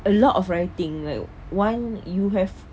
a lot of writing like one you have